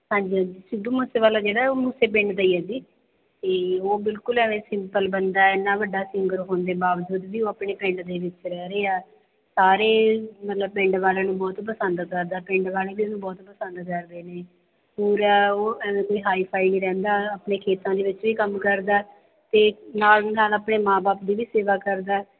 ਹਾਂਜੀ ਹਾਂਜੀ ਸਿੱਧੂ ਮੂਸੇਵਾਲਾ ਜਿਹੜਾ ਉਹ ਮੂਸੇ ਪਿੰਡ ਦਾ ਹੀ ਹੈ ਜੀ ਅਤੇ ਉਹ ਬਿਲਕੁਲ ਐਵੇਂ ਸਿੰਪਲ ਬੰਦਾ ਇੰਨਾ ਵੱਡਾ ਸਿੰਗਰ ਹੋਣ ਦੇ ਬਾਵਜੂਦ ਵੀ ਉਹ ਆਪਣੇ ਪਿੰਡ ਦੇ ਵਿੱਚ ਰਹਿ ਰਿਹਾ ਸਾਰੇ ਮਤਲਬ ਪਿੰਡ ਵਾਲਿਆਂ ਨੂੰ ਬਹੁਤ ਹੀ ਪਸੰਦ ਕਰਦਾ ਪਿੰਡ ਵਾਲੇ ਵੀ ਉਹਨੂੰ ਬਹੁਤ ਪਸੰਦ ਕਰਦੇ ਨੇ ਪੂਰਾ ਉਹ ਐਵੇਂ ਕੋਈ ਹਾਈਫਾਈ ਨਹੀਂ ਰਹਿੰਦਾ ਆਪਣੇ ਖੇਤਾਂ ਦੇ ਵਿੱਚ ਵੀ ਕੰਮ ਕਰਦਾ ਅਤੇ ਨਾਲ ਦੀ ਨਾਲ ਆਪਣੇ ਮਾਂ ਬਾਪ ਦੀ ਵੀ ਸੇਵਾ ਕਰਦਾ